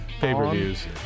pay-per-views